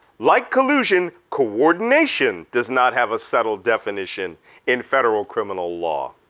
like collusion, coordination does not have a subtle definition in federal criminal law.